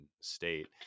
state